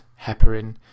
heparin